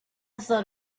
thought